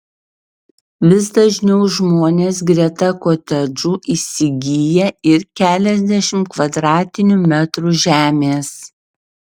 vis dažniau žmonės greta kotedžų įsigyja ir keliasdešimt kvadratinių metrų žemės